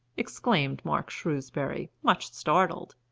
exclaimed mark shrewsbury, much startled.